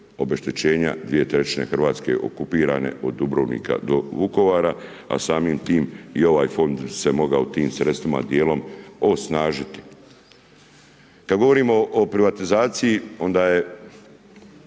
obeštećenja 2/3 Hrvatske okupirane od Dubrovnika do Vukovara, a samim time i ovaj fond se mogao tim sredstvima dijelom osnažiti. Kada govorimo o privatizaciji, onda je